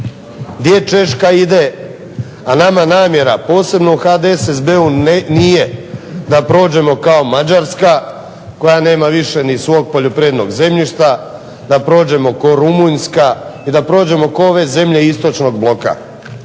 gdje Češka ide, a nama namjera posebno u HDSSB-u nije da prođemo kao Mađarska koja nema više ni svog poljoprivrednog zemljišta, da prođemo kao Rumunjska i da prođemo kao ove zemlje istočnog bloka